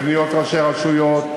לפניות ראשי רשויות,